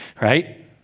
right